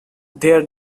their